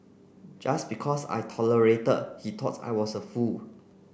just because I tolerated he thought I was a fool